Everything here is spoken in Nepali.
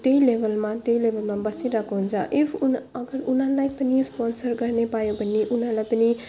त्यही लेभेलमा त्यही लेभेलमा बसिरहेको हुन्छ इफ उना अगर उनीहरूलाई पनि स्पोन्सर गर्ने पायो भने उनीहरूलाई पनि